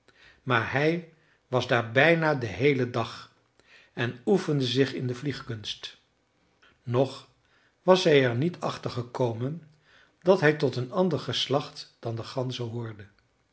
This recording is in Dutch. maar hij was daar bijna den heelen dag en oefende zich in de vliegkunst nog was hij er niet achter gekomen dat hij tot een ander geslacht dan de ganzen hoorde